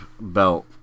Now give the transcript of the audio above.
belt